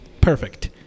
perfect